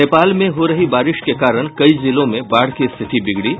नेपाल में हो रही बारिश के कारण कई जिलों में बाढ़ की स्थिति बिगड़ी